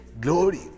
glory